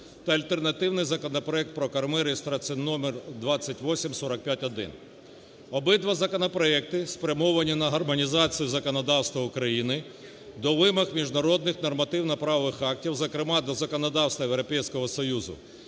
та альтернативний законопроект про корми (реєстраційний номер 2845-1). Обидва законопроекти спрямовані на гармонізацію законодавства України до вимог міжнародних нормативно-правових актів, зокрема, до законодавства Європейського Союзу.